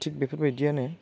थिक बेफोरबायदियानो